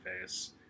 face